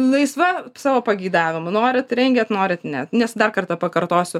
laisva savo pageidavimu norit rengiat norit ne nes dar kartą pakartosiu